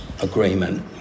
agreement